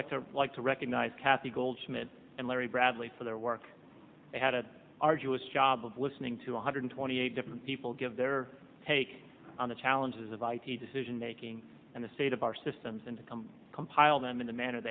like to like to recognize kathy goldschmidt and larry bradley for their work they had a arduous job of listening to one hundred twenty eight different people give their take on the challenges of i t decision making and the state of our systems and compile them in the ma